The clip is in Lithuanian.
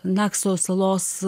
nakso salos